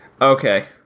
Okay